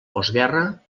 postguerra